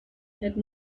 had